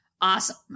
Awesome